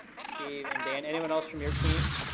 steve, and dan. anyone else from your team?